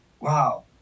wow